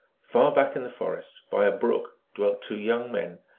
far back in the forest, by a brook, dwelt two young men,